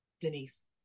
denise